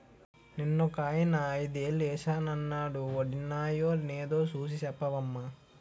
నిన్నొకాయన ఐదేలు ఏశానన్నాడు వొడినాయో నేదో సూసి సెప్పవమ్మా